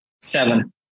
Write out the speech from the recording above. Seven